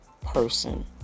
person